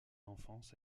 enfance